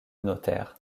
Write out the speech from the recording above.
notaire